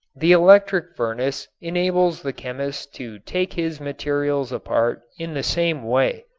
the electric furnace enables the chemist to take his materials apart in the same way.